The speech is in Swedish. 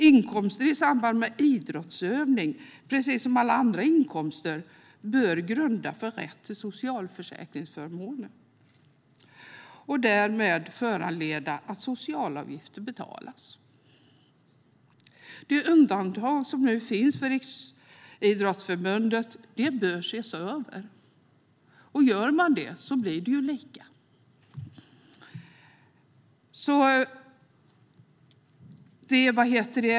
Inkomster i samband med idrottsutövning bör, precis som alla andra inkomster, grunda för rätt till socialförsäkringsförmåner och därmed föranleda att socialavgifter betalas. Det undantag som nu finns för Riksidrottsförbundet bör ses över. Gör man det blir det ju lika.